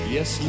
Yes